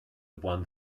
won